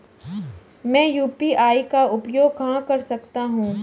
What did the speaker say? मैं यू.पी.आई का उपयोग कहां कर सकता हूं?